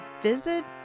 visit